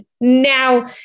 now